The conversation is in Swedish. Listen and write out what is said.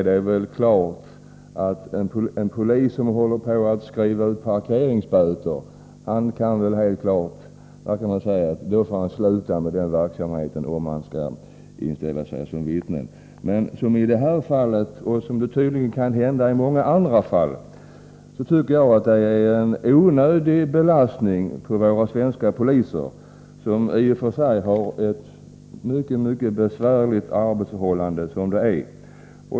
— det är klart att om en polis håller på att skriva ut parkeringsböter får han sluta med den verksamheten, om han skall inställa sig i rätten som vittne. I det här fallet — och det kan säkert gälla många andra fall — blev det emellertid en onödig belastning på en av våra svenska poliser, som i och för sig har mycket besvärliga arbetsförhållanden.